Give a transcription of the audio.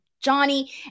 Johnny